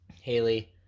Haley